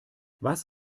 was